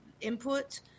input